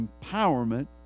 empowerment